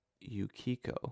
Yukiko